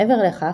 מעבר לכך,